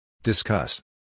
Discuss